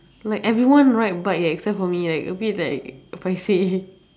like everyone ride bike eh except for me like a bit like paiseh